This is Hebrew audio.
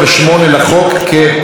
כנוסח הוועדה.